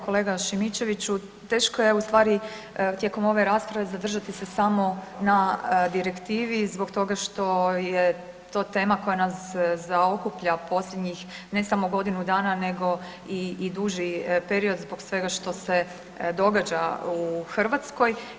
Kolega Šimičeviću teško je u stvari tijekom ove rasprave zadržati se samo na direktivi zbog toga što je to tema koja nas zaokuplja posljednjih ne samo godinu dana nego i duži period zbog svega što se događa u Hrvatskoj.